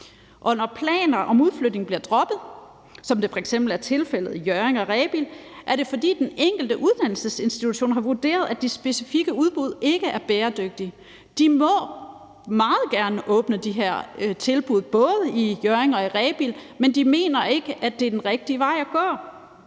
Når planer om udflytning bliver droppet, som det f.eks. er tilfældet i Hjørring og i Rebild, så er det, fordi den enkelte uddannelsesinstitution har vurderet, at de specifikke udbud ikke er bæredygtige. De må meget gerne åbne de her tilbud, både i Hjørring og i Rebild, men de mener ikke, at det er den rigtige vej at gå.